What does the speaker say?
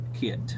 kit